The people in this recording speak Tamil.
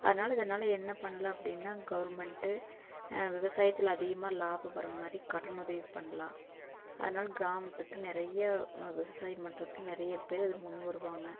அதனால் இதனால் என்ன பண்ணலாம் அப்படின்னா கவுர்மெண்ட்டு விவசாயத்தில் அதிகமாக லாபம் வர மாதிரி கடனுதவி பண்ணலாம் அதனால் கிராமத்துக்கு நிறைய விவசாயம் பண்ணுறக்கு நிறைய பேர் அது முன் வருவாங்க